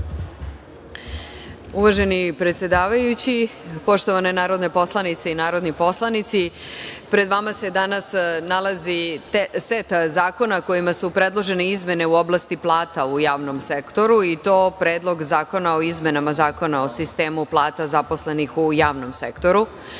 Uvaženi predsedavajući, poštovane narodne poslanice i narodni poslanici, pred vama se danas nalazi set zakona kojima su predložene izmene u oblasti plata u javnom sektoru, i to: Predlog zakona o izmenama Zakona o sistemu plata zaposlenih u javnom sektoru,